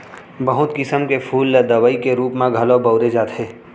बहुत किसम के फूल ल दवई के रूप म घलौ बउरे जाथे